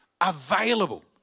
available